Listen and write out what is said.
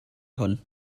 hwn